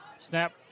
Snap